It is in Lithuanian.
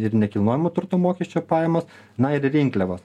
ir nekilnojamo turto mokesčio pajamos na ir rinkliavos